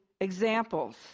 examples